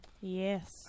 Yes